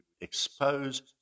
expose